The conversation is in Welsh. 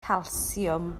calsiwm